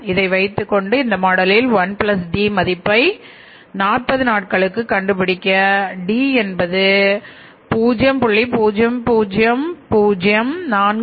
இதை வைத்துக்கொண்டு இந்த மாடலில் 1D மதிப்பை 40 நாட்களுக்கு கண்டுபிடிக்க D என்பது 0